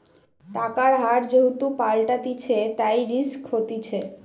টাকার হার যেহেতু পাল্টাতিছে, তাই রিস্ক হতিছে